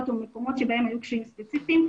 או מקומות בהם היו דברים ספציפיים.